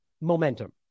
momentum